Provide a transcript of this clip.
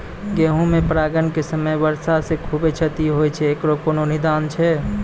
गेहूँ मे परागण के समय वर्षा से खुबे क्षति होय छैय इकरो कोनो निदान छै?